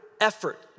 effort